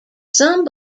some